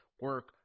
Work